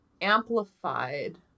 amplified